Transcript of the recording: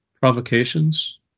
provocations